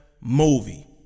movie